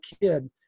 kid